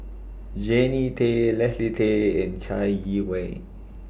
Jannie Tay Leslie Tay and Chai Yee Wei